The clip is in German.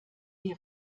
die